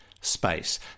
space